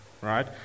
right